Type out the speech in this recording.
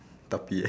tapi eh